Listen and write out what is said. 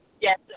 Yes